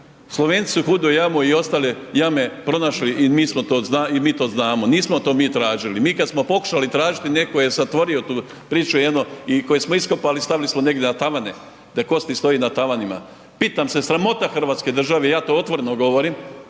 Slovenci su Hudu jamu i ostale jame pronašli …/nerazumljivo/… i mi to znamo. Nismo to mi tražili, mi kad smo pokušali tražiti netko je zatvori tu priču jednom i koje smo iskopali stavili smo negdje na tavane, da kosti stoje na tavanima. Pitam se, sramota Hrvatske države, ja to otvoreno govorim,